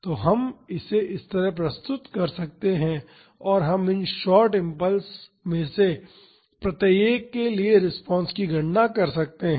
तो हम इसे इस तरह से प्रस्तुत कर सकते हैं और हम इन शार्ट इम्पल्स में से प्रत्येक के लिए रिस्पांस की गणना कर सकते हैं